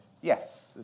Yes